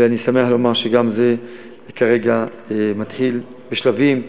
ואני שמח שגם זה כרגע מתחיל, בשלבים,